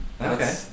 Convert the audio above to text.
okay